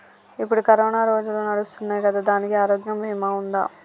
ఇప్పుడు కరోనా రోజులు నడుస్తున్నాయి కదా, దానికి ఆరోగ్య బీమా ఉందా?